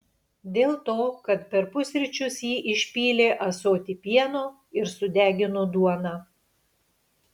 dėl to kad per pusryčius ji išpylė ąsotį pieno ir sudegino duoną